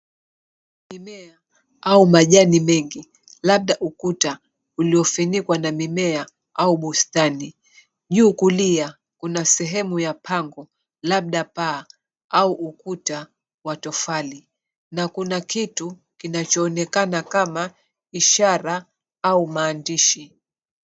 Mimea au majani mengi, labda ukuta, uliofinikwa na mimea au bustani. Juu kulia una sehemu ya pango, labda paa au ukuta wa tofali. Na kuna kitu kinachoonekana kama ishara au maandishi.